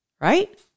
right